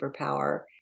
superpower